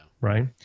right